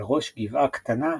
על ראש גבעה קטנה,